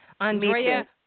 Andrea